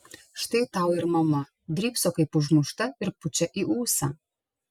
štai tau ir mama drybso kaip užmušta ir pučia į ūsą